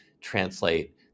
translate